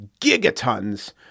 gigatons